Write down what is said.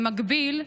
במקביל,